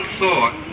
thought